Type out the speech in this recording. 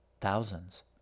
Thousands